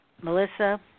Melissa